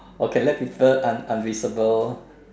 or can let people un~ unvisible